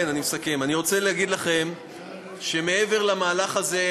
אני מסכם: אני רוצה להגיד לכם שמעבר למהלך הזה,